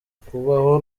kubaho